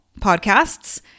podcasts